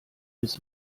bis